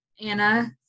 Anna